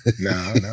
no